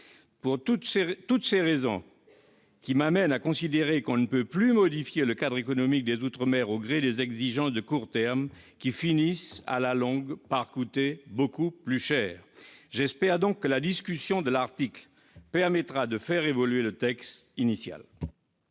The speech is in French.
Toutes ces raisons m'amènent à considérer que l'on ne peut plus modifier le cadre économique des outre-mer au gré des exigences de court terme, qui finissent à la longue par coûter très cher. J'espère que le débat sur l'article 8 permettra de faire évoluer le texte initial.